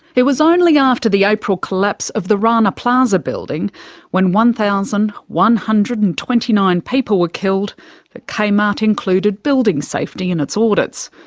it was only after the april collapse of the rana plaza building when one thousand one hundred and twenty nine people were killed that kmart included building safety in its audits.